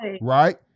right